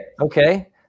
okay